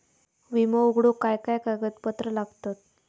विमो उघडूक काय काय कागदपत्र लागतत?